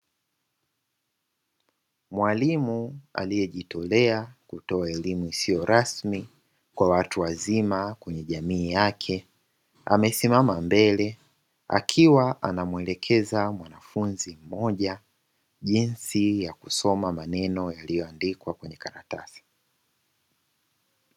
Mwalimu aliyejitolea kutoa elimu isiyo rasmi kwa watu wazima kwenye jamii yake, amesimama mbele akiwa anamuelekeza mwanafunzi mmoja jinsi ya kusoma maneno yaliyoandikwa kwenye karatasi.